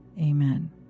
Amen